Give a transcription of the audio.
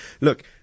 Look